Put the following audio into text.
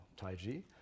taiji